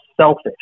selfish